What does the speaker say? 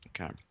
Okay